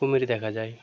কুমির দেখা যায়